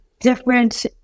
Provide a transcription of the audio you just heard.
different –